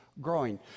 growing